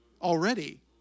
already